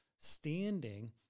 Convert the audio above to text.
standing